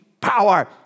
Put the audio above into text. power